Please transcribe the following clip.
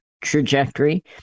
trajectory